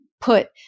put